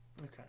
Okay